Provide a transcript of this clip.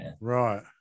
Right